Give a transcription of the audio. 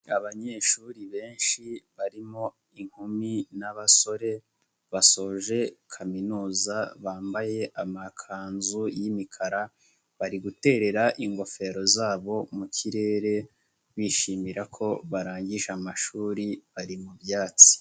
Abanyeshuri benshi barimo inkumi n'abasore, basoje Kaminuza, bambaye amakanzu y'imikara, bari guterera ingofero zabo mu kirere, bishimira ko barangije amashuri bari mu byatsi.